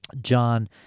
John